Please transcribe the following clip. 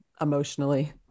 emotionally